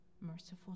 merciful